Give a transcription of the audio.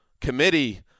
committee